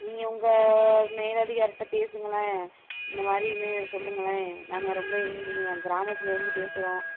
நீங்கள் உங்கள் மேலதிகாரிகிட்ட பேசுங்களேன் இந்த மாதிரினு சொல்லுங்களேன் நாங்கள் ரொம்ப கிராமத்தில் இருந்து பேசுகிறோம்